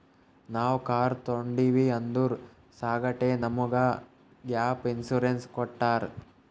ನಾವ್ ಕಾರ್ ತೊಂಡಿವ್ ಅದುರ್ ಸಂಗಾಟೆ ನಮುಗ್ ಗ್ಯಾಪ್ ಇನ್ಸೂರೆನ್ಸ್ ಕೊಟ್ಟಾರ್